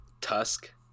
Tusk